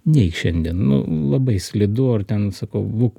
neik šiandien nu labai slidu ar ten sakau būk